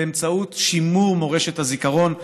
באמצעות שימור מורשת הזיכרון.